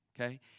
okay